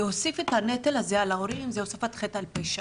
להוסיף את הנטל הזה על ההורים זה הוספת חטא על פשע.